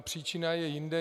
Příčina je jinde.